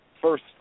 First